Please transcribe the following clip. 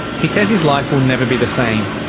he says his life will never be the same.